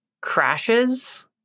crashes